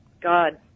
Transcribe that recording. God